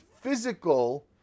physical